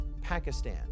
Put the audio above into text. Pakistan